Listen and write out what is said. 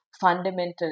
fundamental